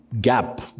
gap